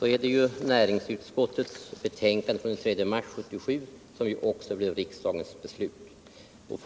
beslutet i anledning av näringsutskottets betänkande som antogs av riksdagen den 3 mars 1977.